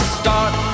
start